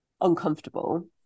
uncomfortable